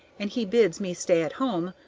and he bids me stay at home,